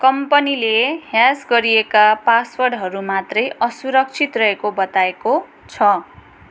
कम्पनीले ह्याक गरिएका पासवर्डहरू मात्रै असुरक्षित रहेको बताएको छ